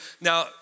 Now